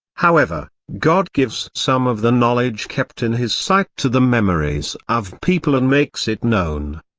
however, god gives some of the knowledge kept in his sight to the memories of people and makes it known.